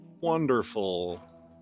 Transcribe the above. wonderful